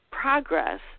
progress